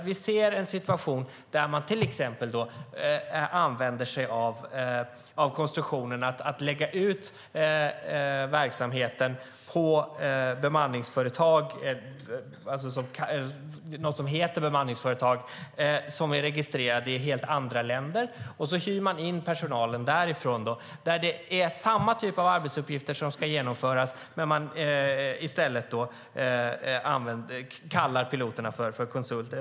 Vi ser en situation där man till exempel använder sig av konstruktionen att lägga ut verksamheten på bemanningsföretag, eller något som heter bemanningsföretag, som är registrerat i ett annat land. Så hyr man in personalen därifrån. Det är samma typ av arbetsuppgifter, men man kallar, i det här fallet, piloterna för konsulter.